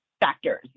factors